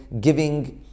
giving